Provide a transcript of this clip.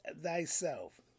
thyself